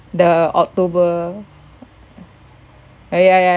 the october ya ya